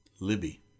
Libby